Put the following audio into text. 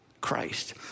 Christ